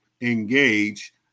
engage